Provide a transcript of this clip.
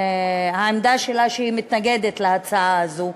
העמדה שלה היא שהיא מתנגדת להצעה הזאת,